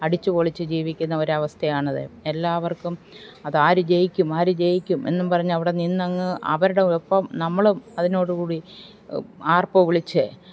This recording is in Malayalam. അടിച്ച്പൊളിച്ച് ജീവിക്കുന്ന ഒരവസ്ഥയാണത് എല്ലാവർക്കും അതാരു ജയിക്കും ആരു ജയിക്കും എന്നും പറഞ്ഞവിടെ നിന്നങ്ങ് അവരുടെ ഒപ്പം നമ്മളും അതിനോട് കൂടി ആർപ്പോ വിളിച്ച്